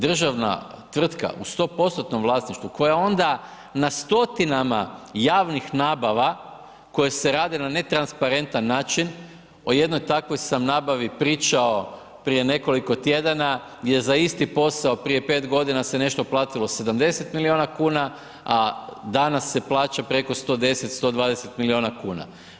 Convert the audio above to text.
Državna tvrtka u 100%-tnom vlasništvu koja onda na stotinama javnih nabava koje se rade na netransparentan način, o jednoj takvoj sam nabavi pričao prije nekoliko tjedana gdje je za isti posao prije 5 godina se nešto platilo 70 milijuna kuna, a danas se plaća preko 110, 120 milijuna kuna.